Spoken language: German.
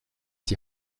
die